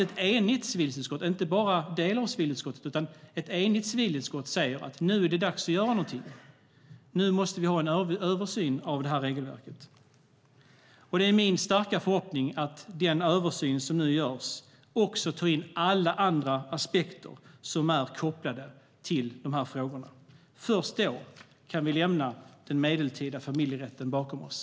Ett enigt civilutskott, inte bara en del av utskottet, säger att det nu är dags att göra någonting, att vi måste ha en översyn av detta regelverk. Det är min starka förhoppning att den översyn som nu görs också tar in alla andra aspekter som är kopplade till de här frågorna. Först då kan vi lämna den medeltida familjerätten bakom oss.